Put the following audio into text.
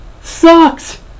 sucks